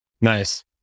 Nice